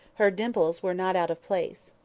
her dimples were not out of place.